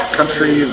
country